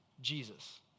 Jesus